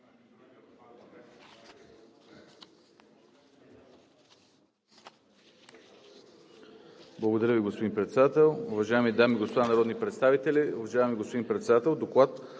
Благодаря Ви, господин Председател. Уважаеми дами и господа народни представители, уважаеми господин Председател! „ДОКЛАД